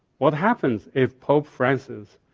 what happens if pope francis,